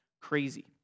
crazy